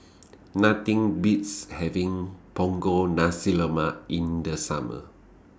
Nothing Beats having Punggol Nasi Lemak in The Summer